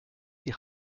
die